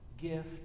gift